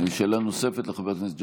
שאלה נוספת לחבר הכנסת ג'בארין.